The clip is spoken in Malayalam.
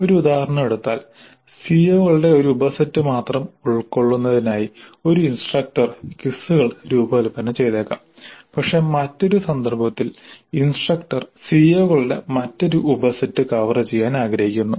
ഒരു ഉദാഹരണം എടുത്താൽ സിഒകളുടെ ഒരു ഉപസെറ്റ് മാത്രം ഉൾക്കൊള്ളുന്നതിനായി ഒരു ഇൻസ്ട്രക്ടർ ക്വിസുകൾ രൂപകൽപ്പന ചെയ്തേക്കാം പക്ഷേ മറ്റൊരു സന്ദർഭത്തിൽ ഇൻസ്ട്രക്ടർ സിഒകളുടെ മറ്റൊരു ഉപസെറ്റ് കവർ ചെയ്യാൻ ആഗ്രഹിക്കുന്നു